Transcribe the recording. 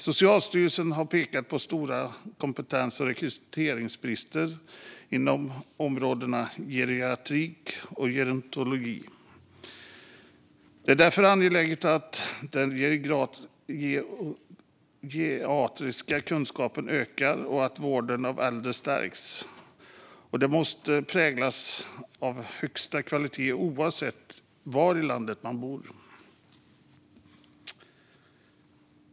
Socialstyrelsen har pekat på stora kompetens och rekryteringsbrister inom områdena geriatrik och gerontologi. Det är därför angeläget att den geriatriska kunskapen ökar och att vården av äldre stärks - den måste präglas av högsta kvalitet oavsett var i landet man bor.